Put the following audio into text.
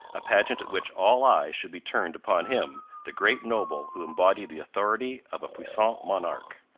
a pageant at which all eyes should be turned upon him, the great noble who embodied the authority of a puissant monarch.